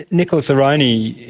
nicholas aroney,